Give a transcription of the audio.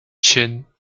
chin